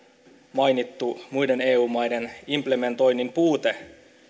mainittu muiden eu maiden implementoinnin puute